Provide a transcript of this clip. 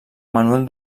manuel